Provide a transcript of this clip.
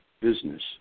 business